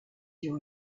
your